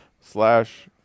slash